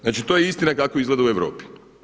Znači to je istina kako izgleda u Europi.